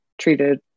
treated